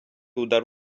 удар